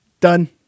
Done